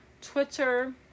twitter